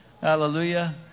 Hallelujah